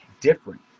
different